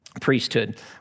priesthood